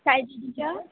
Sayali teacher